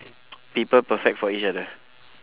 people perfect for each other